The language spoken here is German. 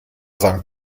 sankt